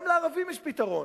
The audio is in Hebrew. גם לערבים יש פתרון,